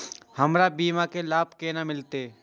हमर बीमा के लाभ केना मिलते?